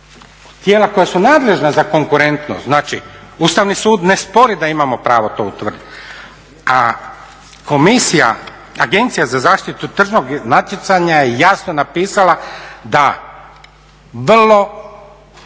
tijela koja su nadležna za konkurentno znači Ustavni sud ne spori da imamo pravo to utvrditi. A komisija, Agencija za zaštitu tržišnog natjecanja je jasno napisala da vrlo